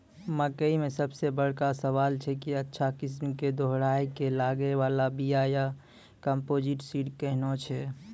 मकई मे सबसे बड़का सवाल छैय कि अच्छा किस्म के दोहराय के लागे वाला बिया या कम्पोजिट सीड कैहनो छैय?